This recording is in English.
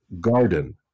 garden